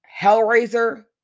Hellraiser